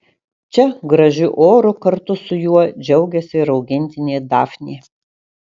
čia gražiu oru kartu su juo džiaugiasi ir augintinė dafnė